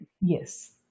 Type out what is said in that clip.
Yes